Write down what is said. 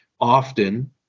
often